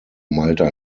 malta